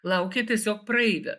laukia tiesiog praeivio